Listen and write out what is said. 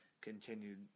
continued